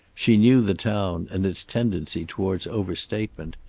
she knew the town, and its tendency toward over-statement.